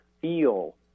feel